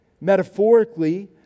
Metaphorically